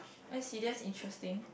I see that's interesting